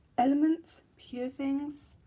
elements, pure things.